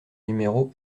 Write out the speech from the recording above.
numéro